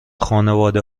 خانواده